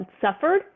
suffered